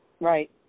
Right